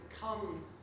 come